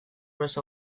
prest